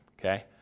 okay